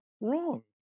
wrong